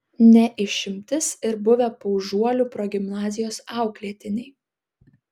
ne išimtis ir buvę paužuolių progimnazijos auklėtiniai